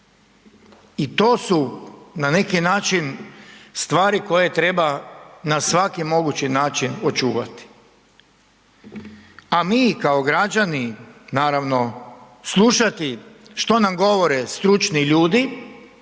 I to su na neki način stvari koje treba na svaki mogući način očuvati. A mi kao građani naravno slušati što nam govore stručni ljudi,